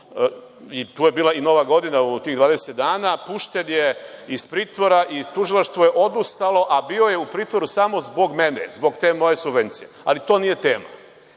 tu je bila i Nova godina u tih 20 dana, pušten je iz pritvora i tužilaštvo je odustalo, a bio je u pritvoru samo zbog mene, zbog te moje subvencije, ali to nije tema.